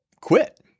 quit